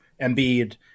Embiid